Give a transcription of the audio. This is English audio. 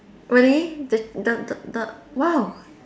really the the the the !wow!